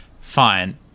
fine